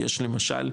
יש למשל,